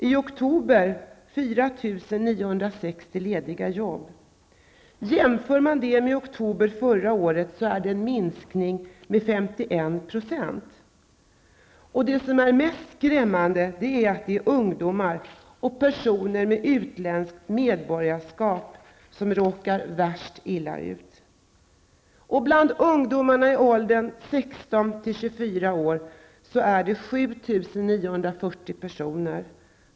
I oktober fanns det 4 960 lediga jobb. Jämför man det med oktober förra året är det en minskning med 51 %. Det som är mest skrämmande är att det är ungdomar och personer med utländskt medborgarskap som råkar mest illa ut. Bland ungdomarna i åldrarna 16--24 år är 7 940 personer utan arbete.